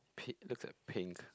Pete looks at pink